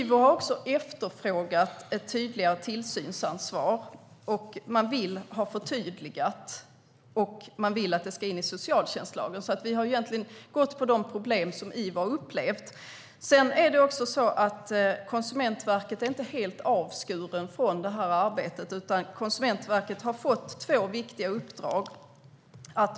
IVO har också efterfrågat ett tydligare tillsynsansvar. Man vill ha det förtydligat, och man vill att det ska in i socialtjänstlagen. Vi har alltså gått på de problem som IVO har upplevt. Konsumentverket är inte helt avskuret från detta arbete, utan man har fått två viktiga uppdrag.